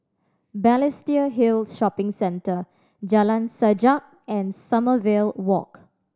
Balestier Hill Shopping Centre Jalan Sajak and Sommerville Walk